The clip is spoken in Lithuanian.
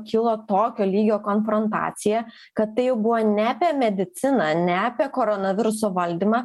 kilo tokio lygio konfrontacija kad tai jau buvo ne apie mediciną ne apie koronaviruso valdymą